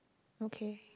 okay